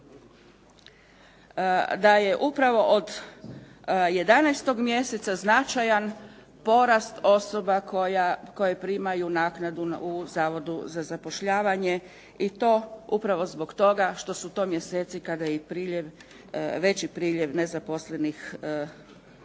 da je upravo od 11. mjeseca značajan porast osoba koje primaju naknadu u Zavodu za zapošljavanje i to upravo zbog toga što su to mjeseci kada je i priljev, veći priljev nezaposlenih na